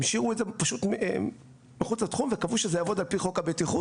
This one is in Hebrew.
הם השאירו את זה פשוט מחוץ לתחום וקבעו שזה יעבוד על פי חוק הבטיחות.